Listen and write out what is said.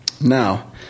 Now